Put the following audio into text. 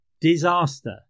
disaster